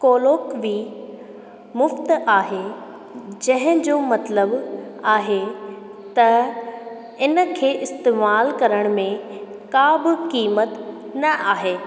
कोलोबी मुफ़्त आहे जंहिंजो मतिलबु आहे त इनखे इस्तेमालु करण में का बि क़ीमत न आहे